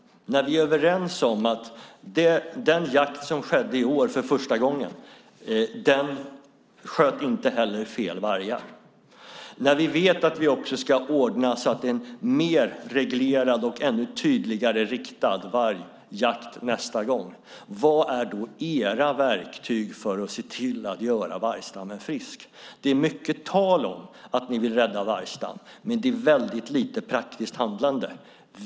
Vi är överens om att man vid den jakt som skedde i år för första gången inte sköt fel vargar. Vi vet också att vi ska ordna så att det blir en mer reglerad och tydligare vargjakt nästa gång. Vad är era verktyg för att se till att göra vargstammen frisk? Det är mycket tal om att ni vill rädda vargstammen, men det är väldigt lite praktiskt handlande.